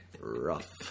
rough